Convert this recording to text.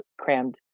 crammed